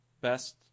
best